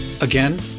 Again